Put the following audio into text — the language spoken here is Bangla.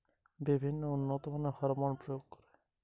গোলাপ ফুল কি করে জলদি ফোটানো যাবে?